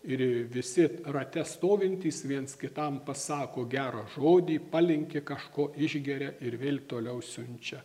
ir visi rate stovintys viens kitam pasako gerą žodį palinki kažko išgeria ir vėl toliau siunčia